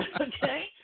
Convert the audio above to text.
Okay